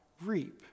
reap